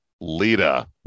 Lita